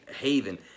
haven